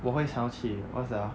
我会想要去 what's that ah